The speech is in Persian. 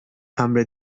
امر